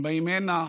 הם באים הנה,